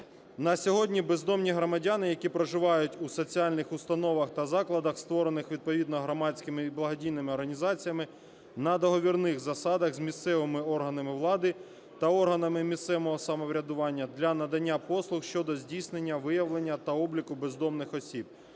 На сьогодні бездомні громадяни, які проживають у соціальних установах та закладах, створених відповідно громадськими і благодійними організаціями на договірних засадах з місцевими органами влади та органами місцевого самоврядування для надання послуг щодо здійснення виявлення та обліку бездомних осіб,